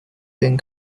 been